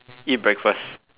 eat breakfast